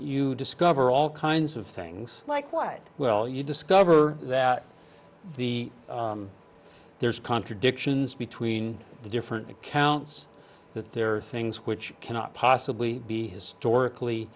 you discover all kinds of things like wide well you discover that the there's contradictions between the different accounts that there are things which cannot possibly be histor